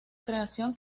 creación